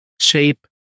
shape